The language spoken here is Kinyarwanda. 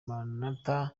maranatha